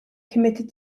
committed